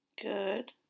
Good